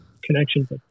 connections